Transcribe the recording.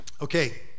Okay